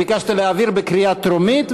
ביקשת להעביר בקריאה טרומית,